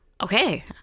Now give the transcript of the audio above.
okay